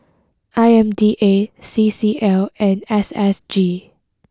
I M D A C C L and S S G